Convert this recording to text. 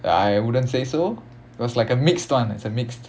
I wouldn't say so it was like a mixed one it's a mixed